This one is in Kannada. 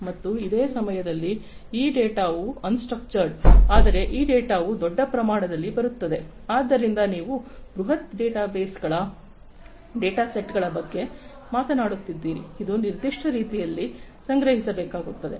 ಮತ್ತು ಅದೇ ಸಮಯದಲ್ಲಿ ಈ ಡೇಟಾವು ಅನ್ಸ್ಟ್ರಕ್ಚರ್ಡ ಆದರೆ ಈ ಡೇಟಾವು ದೊಡ್ಡ ಪ್ರಮಾಣದಲ್ಲಿ ಬರುತ್ತದೆ ಆದ್ದರಿಂದ ನೀವು ಬೃಹತ್ ಡೇಟಾಸೆಟ್ಗಳ ಬಗ್ಗೆ ಮಾತನಾಡುತ್ತಿದ್ದೀರಿ ಅದು ನಿರ್ದಿಷ್ಟ ರೀತಿಯಲ್ಲಿ ಸಂಗ್ರಹಿಸಬೇಕಾಗುತ್ತದೆ